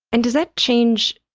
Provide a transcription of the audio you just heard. and does that change,